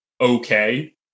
okay